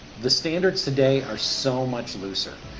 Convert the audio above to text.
the standards today are so much looser.